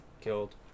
killed